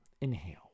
Inhale